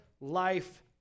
life